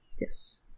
Yes